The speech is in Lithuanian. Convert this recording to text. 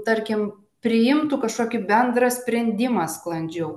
tarkim priimtų kažkokį bendrą sprendimą sklandžiau